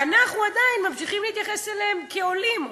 ואנחנו עדיין ממשיכים להתייחס אליהם כאל עולים,